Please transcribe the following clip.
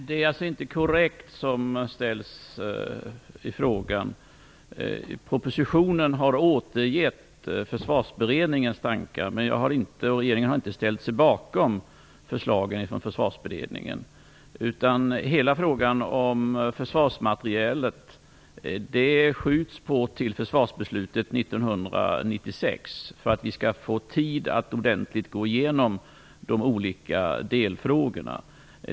Fru talman! Det som påstås i frågan är inte korrekt. Propositionen har återgett Försvarsberedningens tankar, men regeringen har inte ställt sig bakom förslagen från försvarsberedningen. Hela frågan om försvarsmaterielet skjuts upp till försvarsbeslutet 1996 för att vi skall få tid att ordentligt gå igenom de olika delfrågorna.